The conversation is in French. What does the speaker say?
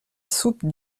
soupe